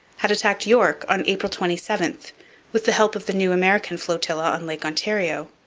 had attacked york on april twenty seven with the help of the new american flotilla on lake ontario.